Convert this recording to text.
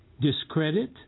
discredit